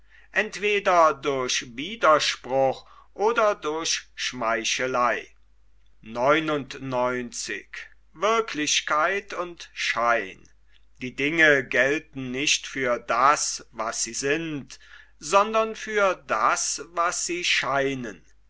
entweder durch widerspruch oder durch schmeichelei die dinge gelten nicht für das was sie sind sondern für das was sie scheinen